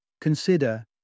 consider